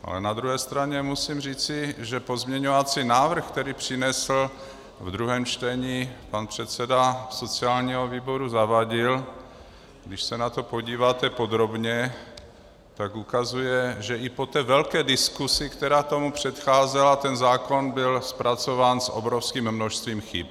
Ale na druhou stranu musím říct, že pozměňovací návrh, který přinesl v druhém čtení pan předseda sociálního výboru Zavadil, když se na to podíváte podrobně, tak ukazuje, že i po té velké diskusi, která tomu předcházela, ten zákon byl zpracován s obrovským množstvím chyb.